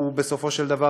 הוא בסופו של דבר,